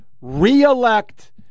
reelect